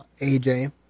AJ